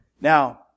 Now